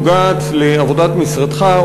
נוגעת לעבודת משרדך,